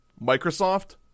Microsoft